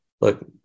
look